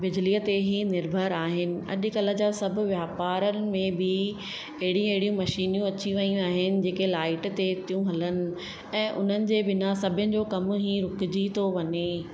बिजलीअ ते ई निर्भरु आहिनि अकल्ह जा सभु वापारनि में बि अहिड़ी अहिड़ियूं मशीनियूं अची वियूं आहिनि जेके लाइट ते थियूं हलनि ऐं उन्हनि जे बिना सभिनि जो कम ई रुकजी थो वञे